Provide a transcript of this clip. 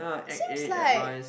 seems like